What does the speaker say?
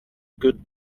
good